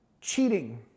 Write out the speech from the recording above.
cheating